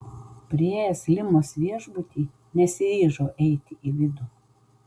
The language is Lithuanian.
priėjęs limos viešbutį nesiryžau eiti į vidų